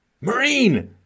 Marine